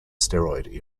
steroid